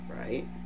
Right